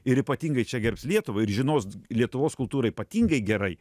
ir ypatingai čia gerbs lietuvą ir žinos lietuvos kultūrą ypatingai gerai